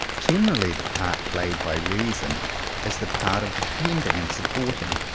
generally the part played by reason is the part of defending and supporting,